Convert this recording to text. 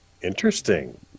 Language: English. interesting